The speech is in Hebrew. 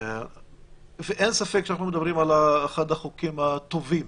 אין ספק שאנחנו מדברים על אחד החוקים הטובים